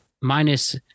minus